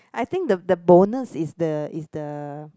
I think the the bonus is the is the